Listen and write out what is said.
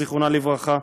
זיכרונה לברכה,